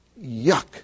yuck